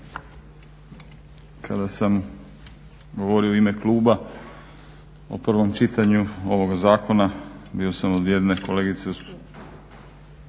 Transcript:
Kada sam govorio u ime kluba u provom čitanju ovoga zakona, bio sam od jedne kolegice